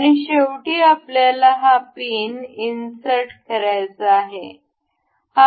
आणि शेवटी आपल्याला हा पिन इन्सर्ट करायचा आहे